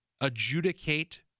adjudicate